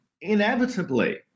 inevitably